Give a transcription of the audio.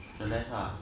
celeste